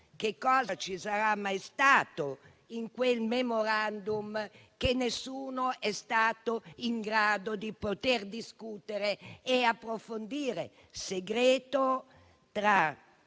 che cosa ci sarà mai stato in quel rapporto che nessuno è stato in grado di discutere e approfondire? Un segreto tra